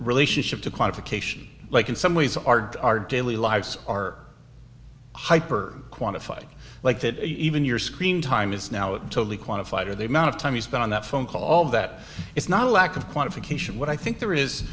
relationship to qualification like in some ways our our daily lives are hyper quantified like that even your screen time is now it totally quantified or they mount of time spent on that phone call that it's not a lack of quantification what i think there is